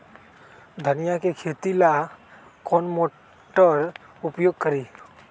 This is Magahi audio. धनिया के खेती ला कौन मोटर उपयोग करी?